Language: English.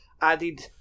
added